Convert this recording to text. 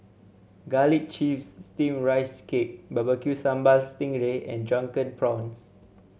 Garlic Chives Steamed Rice Cake Barbecue Sambal Sting Ray and Drunken Prawns